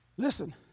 Listen